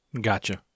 Gotcha